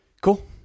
Cool